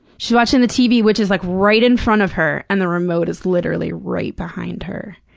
she's watching the tv, which is, like, right in front of her and the remote is literally right behind her.